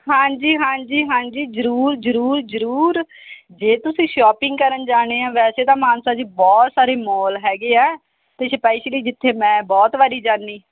ਹਾਂਜੀ ਹਾਂਜੀ ਹਾਂਜੀ ਜ਼ਰੂਰ ਜ਼ਰੂਰ ਜ਼ਰੂਰ ਜੇ ਤੁਸੀਂ ਸ਼ੋਪਿੰਗ ਕਰਨ ਜਾਣਾ ਆ ਵੈਸੇ ਤਾਂ ਮਾਨਸਾ 'ਚ ਹੀ ਬਹੁਤ ਸਾਰੇ ਮੌਲ ਹੈਗੇ ਆ ਅਤੇ ਸਪੈਸ਼ਲੀ ਜਿੱਥੇ ਮੈਂ ਬਹੁਤ ਵਾਰੀ ਜਾਂਦੀ